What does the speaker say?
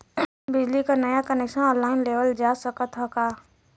बिजली क नया कनेक्शन ऑनलाइन लेवल जा सकत ह का?